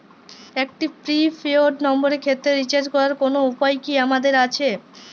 একটি prepaid নম্বরের ক্ষেত্রে রিচার্জ করার কোনো উপায় কি আমাদের আছে?